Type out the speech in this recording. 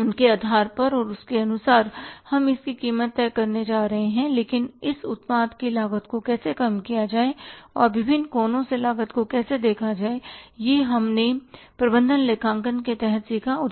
उनके आधार पर और इसके अनुसार हम इसकी कीमत तय करने जा रहे हैं लेकिन इस उत्पाद की लागत को कैसे कम किया जाए और विभिन्न कोणों से लागत को कैसे देखा जाए यह हमने प्रबंधन लेखांकन के तहत सीखा